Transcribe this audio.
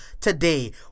Today